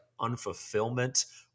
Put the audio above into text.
unfulfillment